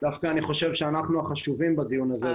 דווקא אני חושב שאנחנו החשובים בדיון הזה.